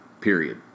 period